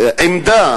עמדה